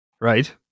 right